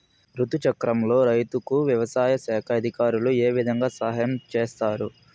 రుతు చక్రంలో రైతుకు వ్యవసాయ శాఖ అధికారులు ఏ విధంగా సహాయం చేస్తారు?